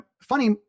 funny